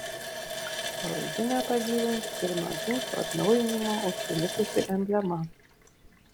palaidinę pagyvins ir nuo džinsų atnaujinimo užsilikusi emblema